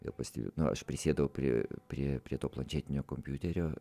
jau pastebiu aš prisėdau prie prie prie to planšetinio kompiuterio